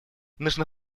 нужно